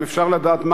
אם אפשר לדעת,